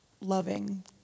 loving